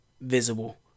visible